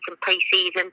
pre-season